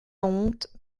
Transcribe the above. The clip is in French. honte